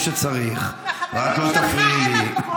אני אדבר כמו שצריך, ואת לא תפריעי לי.